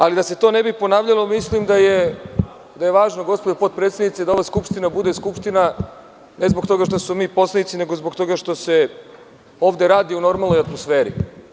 Ali, da se to ne bi ponavljalo mislim da je važno, gospođo potpredsednice, da ova Skupština bude Skupština ne zbog toga što smo mi poslanici nego zbog toga što se ovde radi u normalnoj atmosferi.